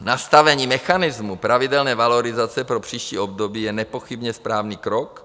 Nastavení mechanismu pravidelné valorizace pro příští období je nepochybně správný krok.